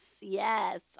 yes